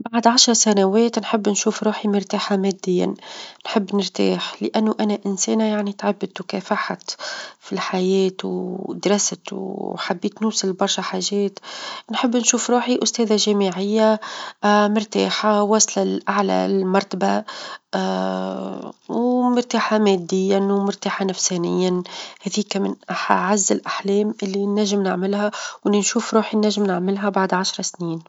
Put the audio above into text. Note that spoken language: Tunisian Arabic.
بعد عشر سنوات نحب نشوف روحي مرتاحة ماديًا. نحب نرتاح لأنه أنا إنسانة يعني تعبت، وكافحت في الحياة، ودرست وحبيت نوصل لبرشا حاجات، نحب نشوف روحي أستاذة جامعية، مرتاحة، واصلة لأعلى مرتبة، ومرتاحة ماديًا، ومرتاحة نفسانيًا، هذيك من أعز الأحلام اللي ننجم نعملها، و اللي نشوف روحي ننجم نعملها بعد عشر سنين.